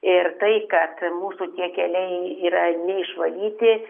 ir tai kad mūsų tie keliai yra neišvalyti